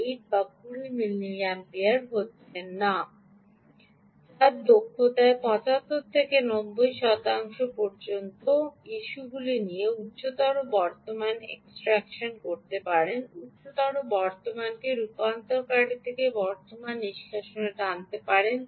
তবে সমস্যাগুলি ঠিক আছে আপনি এলডিওর বাক্সের রূপান্তরগুলির দক্ষতার তুলনায় উচ্চ দক্ষতা পেতে পারেন যেহেতু 75 থেকে 95 শতাংশ দক্ষ হয়ে উঠবে এগুলি আপনার ইস্যুগুলি সত্য যে আপনি উচ্চতর বর্তমান এক্সট্রাকশন করতে পারেন উচ্চতর বর্তমানকে রূপান্তরকারী থেকে বর্তমান নিষ্কাশন টানতে পারে